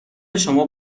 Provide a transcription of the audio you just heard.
شما